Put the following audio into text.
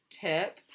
tip